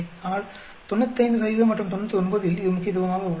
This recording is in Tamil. ஆனால் 95 மற்றும் 99 இல் இது முக்கியத்துவமாக உள்ளது